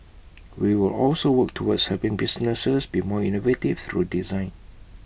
we will also work towards helping businesses be more innovative through design